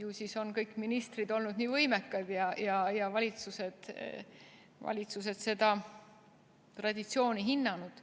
Ju siis on kõik ministrid olnud nii võimekad ja valitsused seda traditsiooni hinnanud. Aga